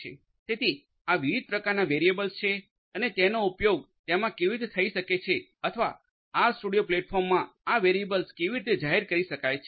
તેથી આ વિવિધ પ્રકારનાં વેરિયેબલ્સ છે અને તેનો ઉપયોગ તેમા કેવી રીતે થઈ શકે છે અથવા આરસ્ટુડિયો પ્લેટફોર્મમાં આ વેરિયેબલ્સ કેવી રીતે જાહેર કરી શકાય છે